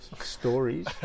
stories